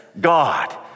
God